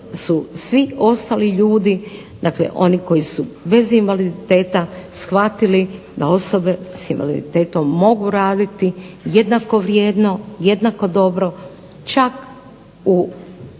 svi ostali ljudi, dakle oni koji su bez invaliditeta shvatili da osobe sa invaliditetom mogu raditi jednako vrijedno, jednako dobro čak u